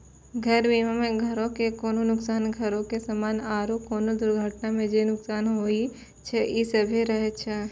घर बीमा मे घरो के कोनो नुकसान, घरो के समानो आरु कोनो दुर्घटना मे जे नुकसान होय छै इ सभ्भे रहै छै